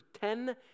ten